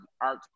art